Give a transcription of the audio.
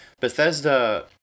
Bethesda